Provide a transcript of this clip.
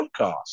podcast